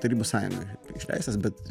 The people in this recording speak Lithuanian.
tarybų sąjungoj išleistas bet